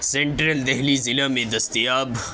central Delhi ضلع میں دستیاب